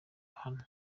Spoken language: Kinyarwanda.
hano